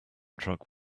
truck